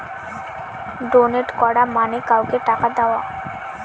donate করা মানে কাউকে টাকা দেওয়া